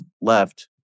left